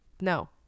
No